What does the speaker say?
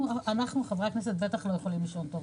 אנחנו חברי הכנסת בטח לא יכולים לישון טוב.